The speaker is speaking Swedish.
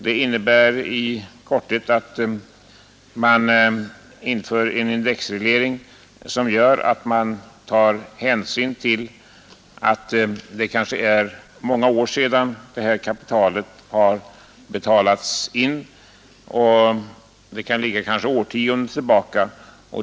Det innebär i korthet att man tar hänsyn till att det kanske är många år — i en del fall årtionden — sedan aktiekapitalet betalades in.